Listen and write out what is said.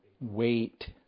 wait